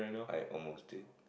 I almost did